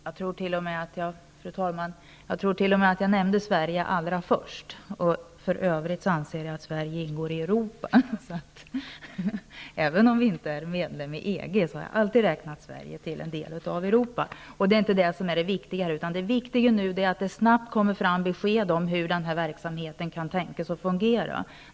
Fru talman! Jag tror t.o.m. att jag nämnde Sverige allra först, och för övrigt anser jag att Sverige ingår i Europa -- även om Sverige inte är medlem i EG har jag alltid räknat Sverige som en del av Europa. Det är inte detta som är det viktiga nu, utan det viktiga är att man snabbt får fram ett besked om hur verksamheten kan tänkas fungera.